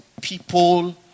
people